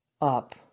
up